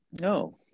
No